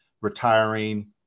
retiring